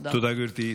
תודה, גברתי.